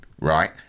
right